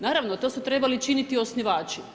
Naravno to su trebali činiti osnivači.